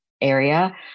area